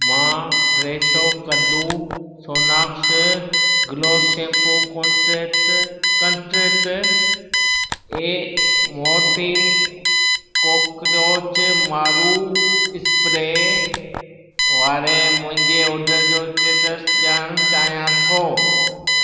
मां फ़्रेशो कद्दू Sonax gloss shampoo कोंट्रेट कंट्रेट ऐ मॉर्टिन कॉकरोच मारू इस्प्रे वारे मुंहिंजे ऑडर जो स्टेटस ॼाणणु चाहियां थो